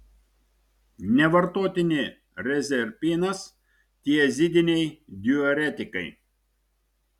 nevartotini rezerpinas tiazidiniai diuretikai